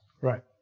Right